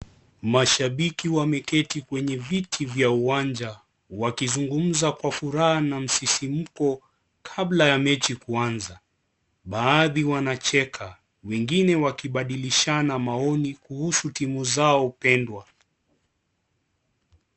Mashabiki wameketi kwenye viti vya uwanja wakizungumza kwa furaha na msisimko kabla ya mechi kuanza baadhi wanacheka wengine wakibadilishana maoni kuhusu timu zao pendwa.